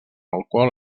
alcohol